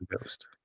ghost